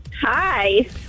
Hi